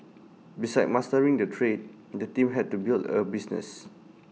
besides mastering the trade the team had to build A business